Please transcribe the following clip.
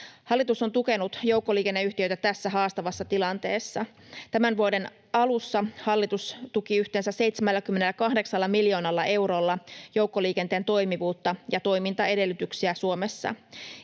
Hallitus on tukenut joukkoliikenneyhtiöitä tässä haastavassa tilanteessa. Tämän vuoden alussa hallitus tuki yhteensä 78 miljoonalla eurolla joukkoliikenteen toimivuutta ja toimintaedellytyksiä Suomessa.